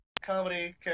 Comedy